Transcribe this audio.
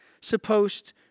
supposed